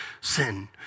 sin